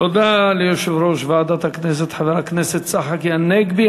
תודה ליושב-ראש ועדת הכנסת חבר הכנסת צחי הנגבי.